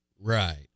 Right